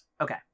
okay